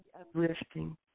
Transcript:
uplifting